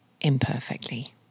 imperfectly